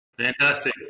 Fantastic